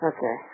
Okay